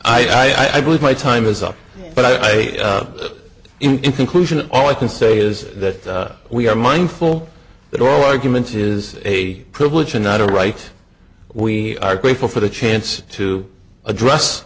plaintiff i believe my time is up but i say in conclusion all i can say is that we are mindful that all arguments is a privilege and not a right we are grateful for the chance to address